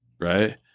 right